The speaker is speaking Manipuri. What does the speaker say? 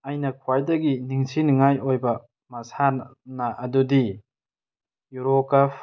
ꯑꯩꯅ ꯈ꯭ꯋꯥꯏꯗꯒꯤ ꯅꯤꯡꯁꯤꯡꯅꯤꯡꯉꯥꯏ ꯑꯣꯏꯕ ꯃꯁꯥꯟꯅ ꯑꯗꯨꯗꯤ ꯌꯣꯒ